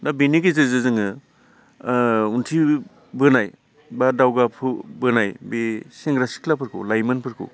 दा बेनि गेजेराजों जोङो मिनथिबोनाय बा दावगाफुबोनाय बे सेंग्रा सिख्लाफोरखौ लाइमोनफोरखौ